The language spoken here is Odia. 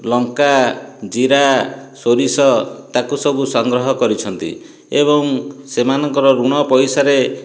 ଲଙ୍କା ଜିରା ସୋରିଷ ତାକୁ ସବୁ ସଂଗ୍ରହ କରିଛନ୍ତି ଏବଂ ସେମାନଙ୍କର ଋଣ ପଇସାରେ